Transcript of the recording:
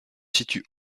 situe